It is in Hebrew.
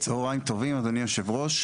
צוהריים טובים אדוני היושב-ראש.